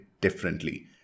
differently